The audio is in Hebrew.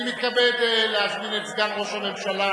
אני מתכבד להזמין את סגן ראש הממשלה,